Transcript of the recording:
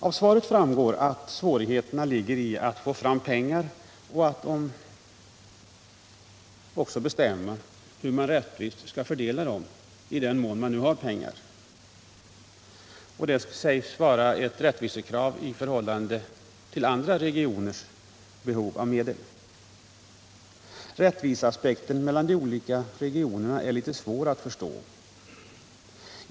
Av svaret framgår att svårigheten ligger i att få fram pengar och att bestämma hur man rättvist skall fördela dessa i den mån man nu får pengar. Detta sägs vara ett rättvisekrav i förhållande till andra regioners behov, Rättviseaspekten olika regioner emellan är litet svår att förstå.